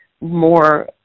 more